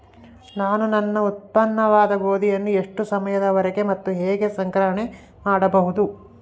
ನಾನು ನನ್ನ ಉತ್ಪನ್ನವಾದ ಗೋಧಿಯನ್ನು ಎಷ್ಟು ಸಮಯದವರೆಗೆ ಮತ್ತು ಹೇಗೆ ಸಂಗ್ರಹಣೆ ಮಾಡಬಹುದು?